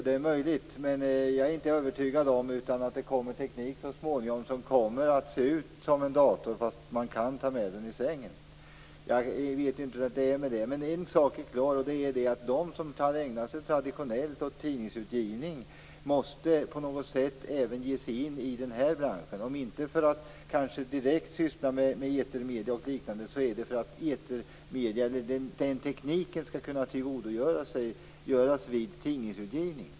Det är möjligt men jag är inte övertygad om att det inte så småningom kommer teknik som ser ut som en dator och som man kan ta med i sängen. Jag vet inte riktigt hur det förhåller sig med den saken. En sak är dock klar och det är att de som traditionellt har ägnat sig åt tidningsutgivning på något sätt måste ge sig in även i den här branschen - kanske inte direkt för att syssla med etermedier och liknande men väl för att kunna tillgodogöra sig den här tekniken vid tidningsutgivning.